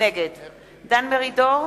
נגד דן מרידור,